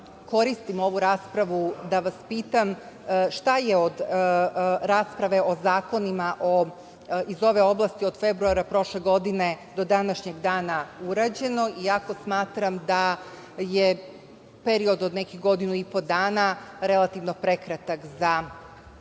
koristim ovu raspravu da vas pitam šta je od rasprave o zakonima iz ove oblasti od februara prošle godine do današnjeg dana urađeno, iako smatram da je period od nekih godinu i po dana relativno prekratak za neke